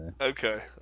Okay